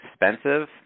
expensive